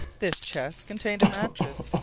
this chest contained a mattress,